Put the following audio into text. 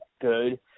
good